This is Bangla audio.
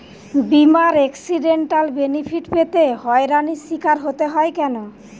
বিমার এক্সিডেন্টাল বেনিফিট পেতে হয়রানির স্বীকার হতে হয় কেন?